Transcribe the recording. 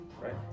right